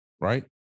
right